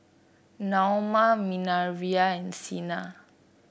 Naoma Minervia and Sina